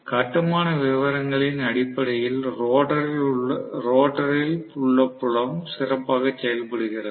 கட்டுமான விவரங்களின் அடிப்படையில் ரோட்டரில் உள்ள புலம் சிறப்பாக செயல்படுகிறது